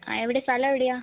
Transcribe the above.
എവിടെ സ്ഥലം എവിടെയാണ്